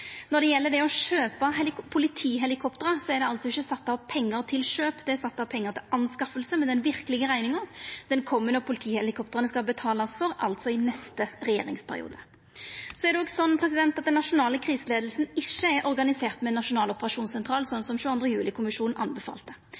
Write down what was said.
Når det gjeld det å kjøpa politihelikopter, er det ikkje sett av pengar til kjøp. Det er sett av pengar til å skaffa det, men den verkelege rekninga kjem når politihelikoptra skal betalast for, altså i neste regjeringsperiode. Den nasjonale kriseleiinga er ikkje organisert med ein nasjonal operasjonssentral, som 22. juli-kommisjonen anbefalte. I tillegg er